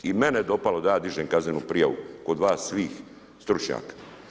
I mene je dopalo da ja dižem kaznenu prijavu kod vas svih stručnjaka.